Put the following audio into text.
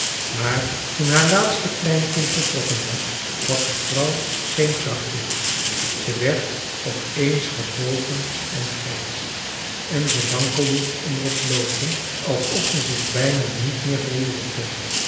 maar toen haar laatste kleinkind vertrokken was had de vrouw geen kracht meer ze werd op eens gebogen en grijs en ze wankelde onder t loopen alsof ze zich bijna niet meer verroeren kon